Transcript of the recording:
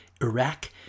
Iraq